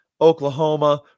Oklahoma